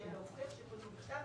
קשה להוכיח שפנו בכתב,